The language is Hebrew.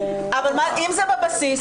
אם זה בבסיס,